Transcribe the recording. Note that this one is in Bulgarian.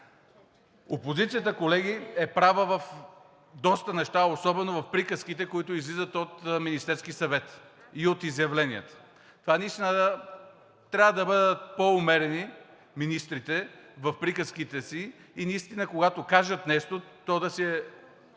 Опозицията, колеги, е права в доста неща, особено в приказките, които излизат от Министерския съвет и от изявленията. Наистина трябва да бъдат по-умерени министрите в приказките си и когато кажат нещо, то да бъде